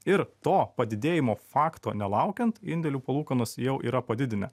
ir to padidėjimo fakto nelaukiant indėlių palūkanas jau yra padidinę